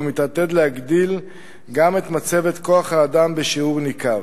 והוא מתעתד להגדיל גם את מצבת כוח האדם בשיעור ניכר.